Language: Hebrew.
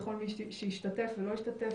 לכל מי שהשתתף ולא השתתף.